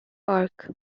park